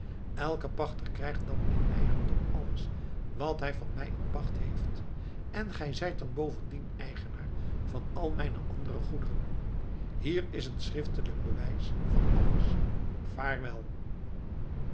elke pachter krijgt dan in eigendom alles wat hij van mij in pacht heeft en gij zijt dan bovendien eigenaar van al mijne andere goederen hier is een schriftelijk bewijs van alles vaarwel